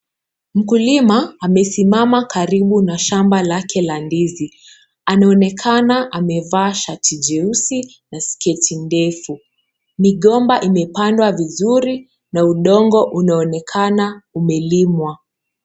Mkulima amesimama karibu na shamba lake la ndizi. Anaonekana amevaa shati jeusi na sketi ndefu. Migomba imepangwa vuzuru na udongo unaonekana umelimwa.